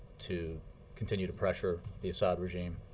to continue to pressure the assad regime